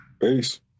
Peace